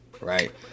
right